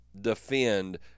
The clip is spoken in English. defend